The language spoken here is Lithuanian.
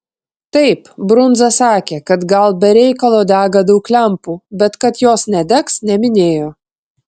taip brundza sakė kad gal be reikalo dega daug lempų bet kad jos nedegs neminėjo